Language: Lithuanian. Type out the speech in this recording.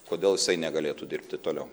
kodėl jisai negalėtų dirbti toliau